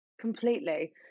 Completely